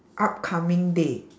upcoming day